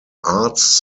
arts